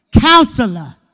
Counselor